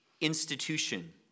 institution